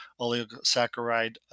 oligosaccharide